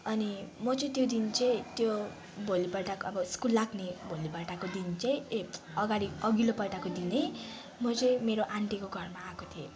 अनि म चाहिँ त्यो दिन चाहिँ त्यो भोलिपल्टको अब स्कुल लाग्ने भोलिपल्टको दिन चाहिँ ए अगाडि अघिल्लोपल्टको दिनै म चाहिँ मेरो आन्टीको घरमा आएको थिएँ